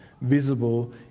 visible